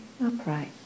upright